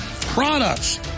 products